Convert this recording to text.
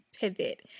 pivot